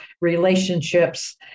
relationships